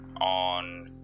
on